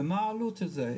ומה העלות של זה?